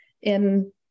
in-